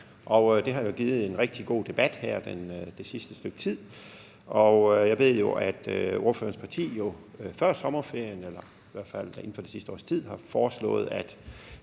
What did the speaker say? givet anledning til en rigtig god debat her det sidste stykke tid, og jeg ved jo, at ordførerens parti før sommerferien og i hvert fald inden for det sidste års tid har foreslået, at